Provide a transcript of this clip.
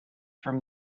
from